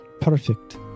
Perfect